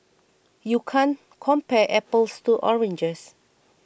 you can't compare apples to oranges